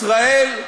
ישראל,